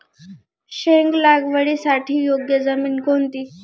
शेंग लागवडीसाठी योग्य जमीन कोणती?